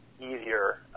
easier